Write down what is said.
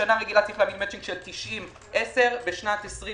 בשנה רגילה צריך להביא מאצ'ינג של 90-10. בשנת 2020